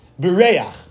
Bereach